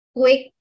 quick